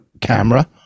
camera